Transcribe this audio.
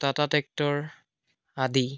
Tata tractor আদি